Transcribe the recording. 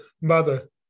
mother